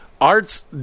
Art's